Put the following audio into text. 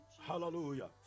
Hallelujah